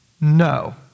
No